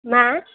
मा